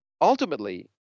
ultimately